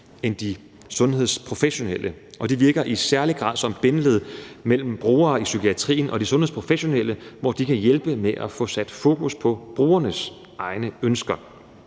end de sundhedsprofessionelle kan. De virker i særlig grad som bindeled mellem brugere i psykiatrien og de sundhedsprofessionelle, hvor de kan hjælpe med at få sat fokus på brugernes egne ønsker.